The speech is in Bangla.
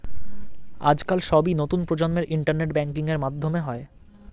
আজকাল সবই নতুন প্রজন্মের ইন্টারনেট ব্যাঙ্কিং এর মাধ্যমে হয়